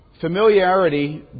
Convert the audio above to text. Familiarity